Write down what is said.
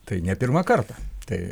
tai ne pirmą kartą tai